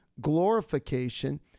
glorification